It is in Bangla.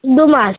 দু মাস